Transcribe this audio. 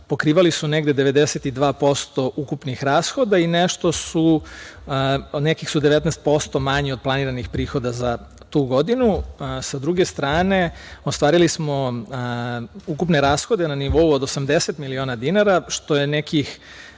pokrivali su negde 92% ukupnih rashoda i nekih su 19% manji od planiranih prihoda za tu godinu. Sa druge strane, ostvarili smo ukupne rashode na nivou od 80 miliona dinara, što je nekih